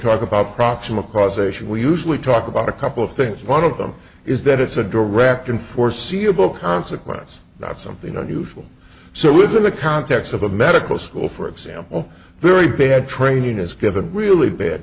talk about proximate causation we usually talk about a couple of things one of them is that it's a direct and foreseeable consequence not something unusual so within the context of a medical school for example very bad training is given really bad